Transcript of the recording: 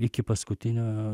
iki paskutinio